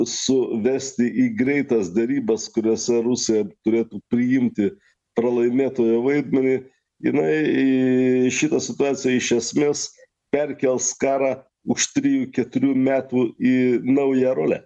su vesti į greitas derybas kuriose rusija turėtų prisiimti pralaimėtojo vaidmenį jinai į šitą situaciją iš esmės perkels karą už trijų keturių metų į naują rolę